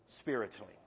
spiritually